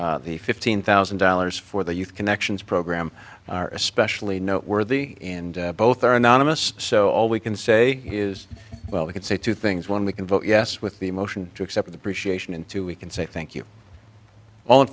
and the fifteen thousand dollars for the youth connections program especially noteworthy and both are anonymous so all we can say is well we can say two things one we can vote yes with the motion to accept the british asian into we can say thank you all in